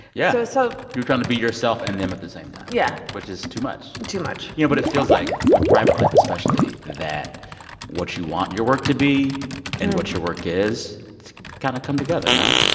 yeah. so so you were trying to be yourself and them at the same time. yeah. which is too much too much you know, but it feels like, with private life especially, that what you want your work to be and what your work is kind of come together, no?